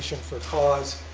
and for cause,